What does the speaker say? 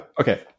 Okay